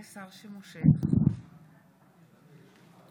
היושב-ראש, חבריי חברי הכנסת,